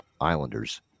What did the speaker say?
Islanders